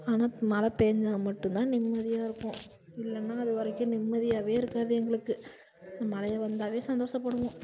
ஆனால் மழ பெஞ்சா மட்டும்தான் நிம்மதியாக இருக்கும் இல்லன்னா அதுவரைக்கும் நிம்மதியாகவே இருக்காது எங்களுக்கு மழைய வந்தாவே சந்தோஸப்படுவோம்